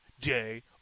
day